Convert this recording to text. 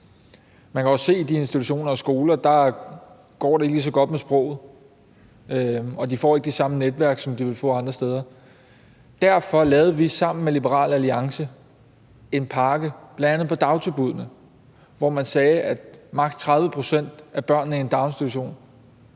Man kan også se, at i de institutioner og skoler går det ikke lige så godt med sproget, og at de ikke får de samme netværk, som de ville få andre steder. Derfor lavede vi sammen med Liberal Alliance en pakke, bl.a. på dagtilbuddene, hvor man sagde, at maks. 30 pct. af børnene i en daginstitution